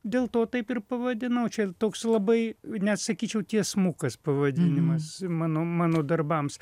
dėl to taip ir pavadinau čia ir toks labai net sakyčiau tiesmukas pavadinimas manau mano darbams